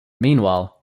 meanwhile